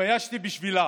התביישתי בשבילם,